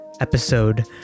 episode